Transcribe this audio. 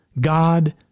God